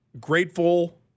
Grateful